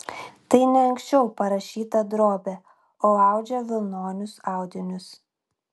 tai ne anksčiau parašyta drobė o audžia vilnonius audinius